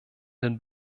den